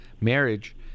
marriage